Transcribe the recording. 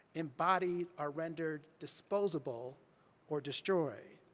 and bodies are rendered disposable or destroyed.